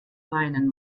weinen